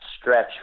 stretch